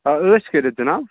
آ عٲش کٔرِتھ جِناب